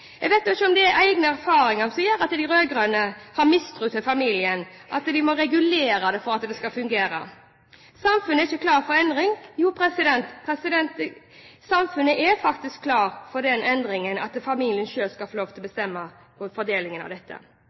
Jeg vet ikke om det er egne erfaringer som gjør at de rød-grønne har mistro til familien, at de må regulere det for at det skal fungere. Samfunnet er ikke klar for endring – jo, samfunnet er faktisk klar for den endringen at familien selv skal få lov til å bestemme fordelingen.